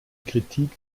kritik